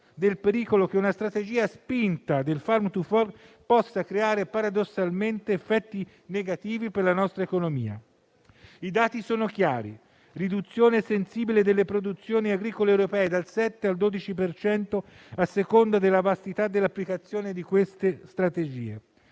del pericolo che una strategia spinta del Farm to fork possa creare paradossalmente effetti negativi per la nostra economia. I dati sono chiari: riduzione sensibile delle produzioni agricole europee dal 7 al 12 per cento, a seconda della vastità dell'applicazione di queste strategie;